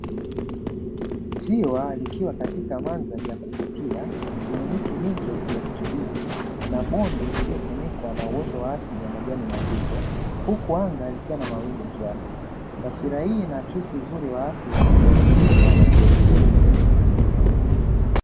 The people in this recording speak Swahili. Ziwa likiwa katika mandhari ya kuvutia yenye miti mingi ya kijani kibichi na bonde lililofunikwa na uoto wa asili wa majani mazito huku anga likiwa na mawingu kiasi. Taswira hii inaakisi uzuri wa asili na utulivu wa mazingira.